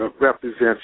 represents